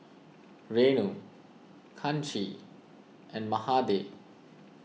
Renu Kanshi and Mahade